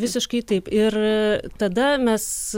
visiškai taip ir tada mes